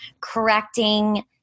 correcting